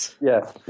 Yes